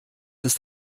ist